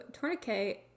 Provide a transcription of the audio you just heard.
tourniquet